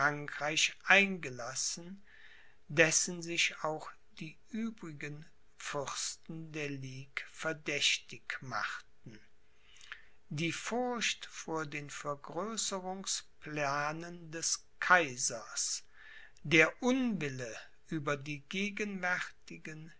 eingelassen dessen sich auch die übrigen fürsten der ligue verdächtig machten die furcht vor den vergrößerungsplanen des kaisers der unwille über die